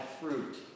fruit